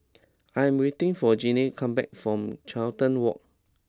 I am waiting for Genie to come back from Carlton Walk